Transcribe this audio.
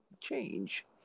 change